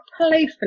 playfully